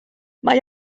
mae